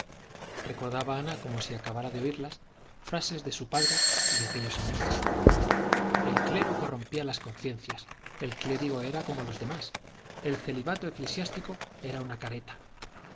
recordaba ana como si acabara de oírlas frases de su padre y de aquellos señores el clero corrompía las conciencias el clérigo era como los demás el celibato eclesiástico era una careta